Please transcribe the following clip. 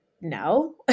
no